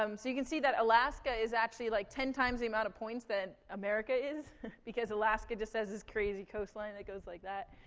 um so you can see that alaska is actually, like, ten times the amount of points that america is because alaska just has this crazy coastline that goes like that.